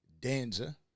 Danza